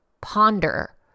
ponder